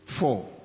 Four